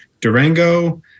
Durango